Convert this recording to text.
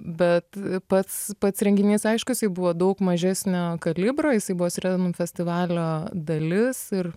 bet pats pats renginys aišku jisai buvo daug mažesnio kalibro jisai buvo sirenų festivalio dalis ir